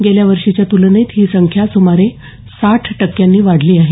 गेल्या वर्षीच्या तुलनेत ही संख्या सुमारे साठ टक्क्यांनी वाढली आहे